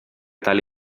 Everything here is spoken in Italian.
tale